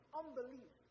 unbelief